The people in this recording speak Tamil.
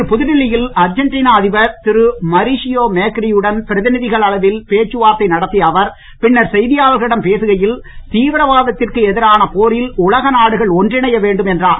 இன்று புதுடெல்லியில் அர்ஜென்டினா அதிபர் திரு மாரிசியோ மேக்ரி யுடன் பிரதிநிதிகள் அளவில் பேச்சுவார்த்தை நடத்திய அவர் பின்னர் செய்தியாளர்களிடம் பேசுகையில் தீவிரவாதத்திற்கு எதிரான போரில் உலக நாடுகள் ஒன்றிணைய வேண்டும் என்றார்